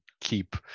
keep